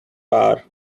bar